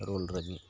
roll ᱞᱟᱹᱜᱤᱫ